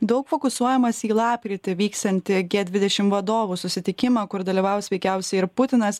daug fokusuojamasi į lapkritį vyksiantį gie dvidešim vadovų susitikimą kur dalyvaus veikiausiai ir putinas